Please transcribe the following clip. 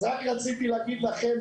אז רק רציתי להגיד לכם,